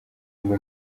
ngo